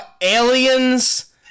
aliens